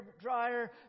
dryer